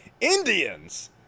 Indians